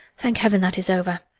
thank heaven, that is over!